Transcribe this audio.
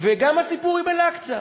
וגם הסיפור עם אל-אקצא,